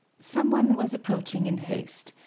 some one was approaching in haste,